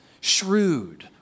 shrewd